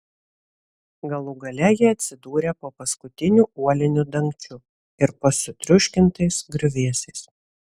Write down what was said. galų gale jie atsidūrė po paskutiniu uoliniu dangčiu ir po sutriuškintais griuvėsiais